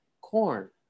corn